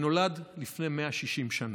שנולד לפני 160 שנה,